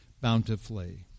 bountifully